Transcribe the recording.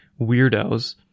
weirdos